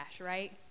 right